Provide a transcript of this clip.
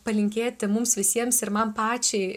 palinkėti mums visiems ir man pačiai